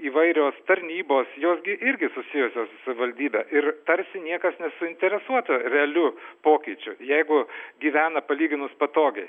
įvairios tarnybos jos irgi susijusios su savivaldybe ir tarsi niekas nesuinteresuota realiu pokyčiu jeigu gyvena palyginus patogiai